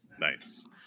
nice